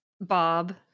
bob